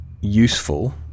useful